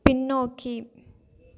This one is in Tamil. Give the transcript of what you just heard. பின்னோக்கி